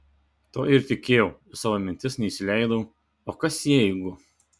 tuo ir tikėjau į savo mintis neįsileidau o kas jeigu